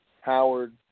Howard